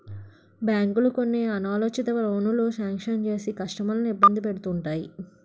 బ్యాంకులు కొన్ని అనాలోచిత లోనులు శాంక్షన్ చేసి కస్టమర్లను ఇబ్బంది పెడుతుంటాయి